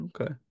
okay